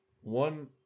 One